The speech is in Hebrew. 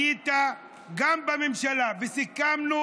אדוני, גם היית בממשלה סיכמנו